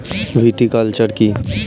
Viticulture কী?